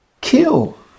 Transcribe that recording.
kill